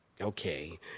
okay